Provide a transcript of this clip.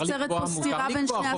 נוצרת פה סתירה בין שני הפריטים.